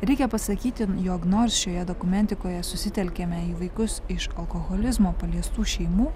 reikia pasakyti jog nors šioje dokumentikoje susitelkiame į vaikus iš alkoholizmo paliestų šeimų